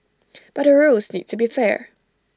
but the rules need to be fair